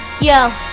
yo